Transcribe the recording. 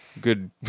Good